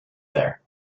there